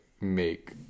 make